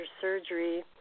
surgery